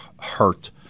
hurt